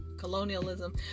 colonialism